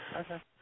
Okay